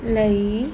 ਲਈ